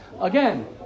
again